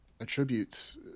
attributes